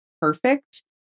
perfect